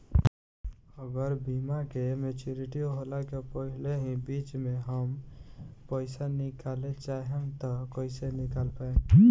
अगर बीमा के मेचूरिटि होला के पहिले ही बीच मे हम पईसा निकाले चाहेम त कइसे निकाल पायेम?